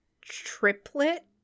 triplet